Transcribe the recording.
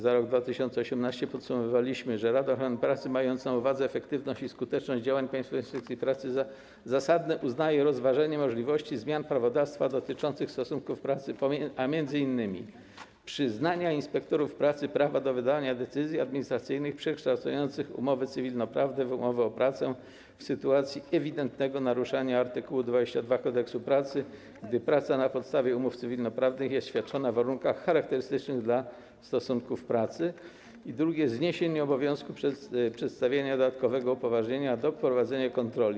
Za 2018 r. podsumowaliśmy, że Rada Ochrony Pracy, mając na uwadze efektywność i skuteczność działań Państwowej Inspekcji Pracy, za zasadne uznaje rozważenie możliwości zmian prawodawstwa dotyczących stosunków pracy, m.in. przyznania inspektorom pracy prawa do wydawania decyzji administracyjnych przekształcających umowy cywilnoprawne w umowy o pracę w sytuacji ewidentnego naruszania art. 22 Kodeksu pracy, gdy praca na podstawie umów cywilnoprawnych jest świadczona w warunkach charakterystycznych dla stosunku pracy, i druga kwestia, zniesienia obowiązku przedstawiania dodatkowego upoważnienia do prowadzenia kontroli.